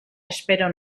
espero